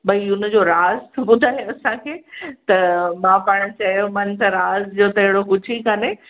भई हुन जो राज त ॿुधाए असांखे त मां पाण चयोमानि त राज जो त अहिड़ो कुझु ई कोन्हे